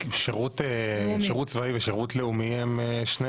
כי שירות צבאי ושירות לאומי אלה שני